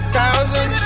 thousand